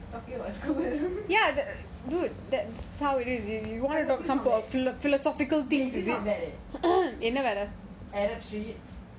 talking about school this is not bad eh this is not bad eh arab street